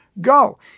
go